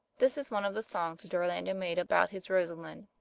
this is one of the songs which orlando made about his rosa linda